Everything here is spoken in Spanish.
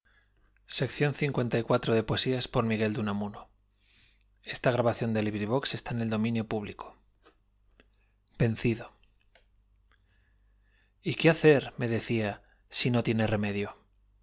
y qué hacer me decía si no tiene remedio